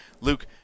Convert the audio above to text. Luke